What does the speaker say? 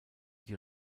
die